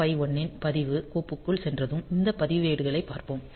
8051 இன் பதிவுக் கோப்பிற்குள் சென்றதும் இந்த பதிவேடுகளைப் பார்ப்போம்